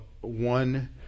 one